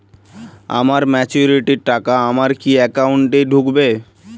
আমার ম্যাচুরিটির টাকা আমার কি অ্যাকাউন্ট এই ঢুকবে?